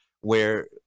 where-